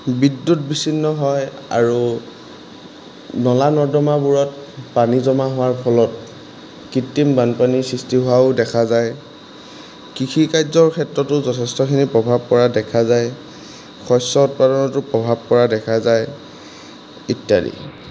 বিদ্যুত বিচ্ছিন্ন হয় আৰু নলা নৰ্দমাবোৰত পানী জমা হোৱাৰ ফলত কৃত্ৰিম বানপানীৰ সৃষ্টি হোৱাও দেখা যায় কৃষি কাৰ্যৰ ক্ষেত্ৰতো যথেষ্টখিনি প্ৰভাৱ পৰা দেখা যায় শস্য উৎপাদনতো প্ৰভাৱ পৰা দেখা যায় ইত্যাদি